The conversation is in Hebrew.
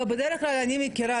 בדרך כלל אני מכירה,